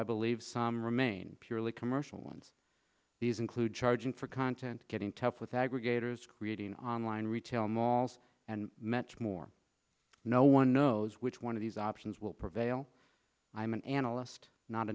i believe some remain purely commercial ones these include charging for content getting tough with aggregators creating online retail malls and meche more no one knows which one of these options will prevail i'm an analyst not